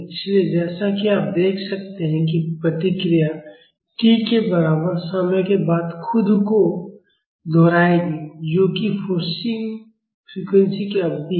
इसलिए जैसा कि आप देख सकते हैं कि प्रतिक्रिया t के बराबर समय के बाद खुद को दोहराएगी जो कि फोर्सिंग फ्रीक्वेंसी की अवधि है